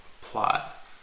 plot